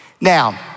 Now